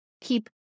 keep